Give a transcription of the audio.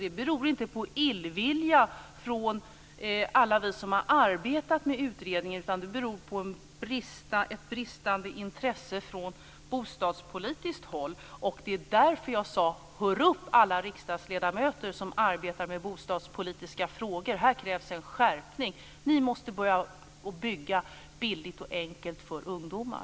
Det beror inte på illvilja från alla vi som har arbetat med utredningen, utan det beror på ett bristande intresse från bostadspolitiskt håll. Det är därför jag har sagt: "Hör upp alla riksdagsledamöter som arbetar med bostadspolitiska frågor. Här krävs en skärpning. Ni måste börja bygga billigt och enkelt för ungdomar."